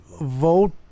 vote